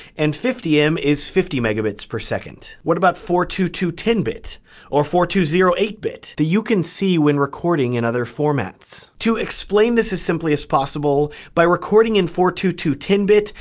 and fifty m is fifty megabits per second. what about four two two ten bit or four two zero eight bit that you can see when recording in other formats? to explain this as simply as possible, by recording in four two two ten bit,